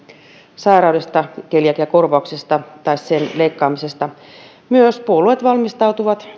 sairaudesta keliakiakorvauksesta tai sen leikkaamisesta kun myös puolueet valmistautuvat